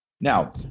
Now